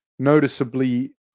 Noticeably